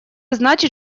значит